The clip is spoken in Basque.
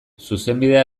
zuzenbidea